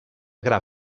gra